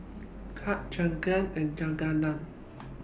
Kurt Jadyn and Keagan